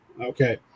Okay